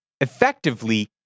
effectively